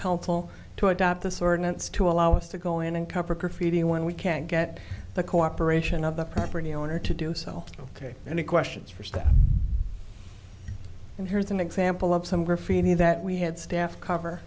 council to adopt this ordinance to allow us to go in and cover her feeding when we can't get the cooperation of the property owner to do so ok any questions for staff and here's an example of some graffiti that we had staff cover